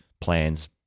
plans